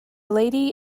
lady